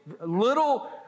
little